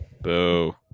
Boo